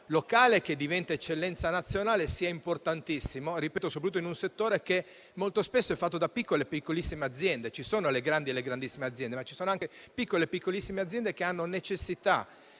locale che diventa eccellenza nazionale sia importantissimo, soprattutto in un settore che molto spesso è fatto di piccole e piccolissime aziende. Ci sono le grandi e le grandissime aziende, ma ci sono anche piccole e piccolissime aziende che hanno necessità